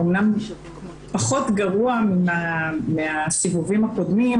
אמנם פחות גרוע מהסיבובים הקודמים,